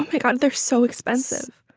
oh, my god, they're so expensive.